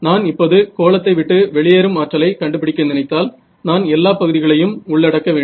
நான் இப்போது கோளத்தை விட்டு வெளியேறும் ஆற்றலை கண்டுபிடிக்க நினைத்தால் நான் எல்லாப் பகுதிகளையும் உள்ளடக்க வேண்டும்